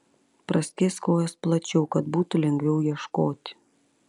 praskėsk kojas plačiau kad būtų lengviau ieškoti